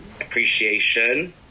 appreciation